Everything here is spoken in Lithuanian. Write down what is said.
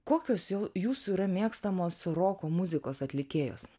kokios jau jūsų yra mėgstamos roko muzikos atlikėjos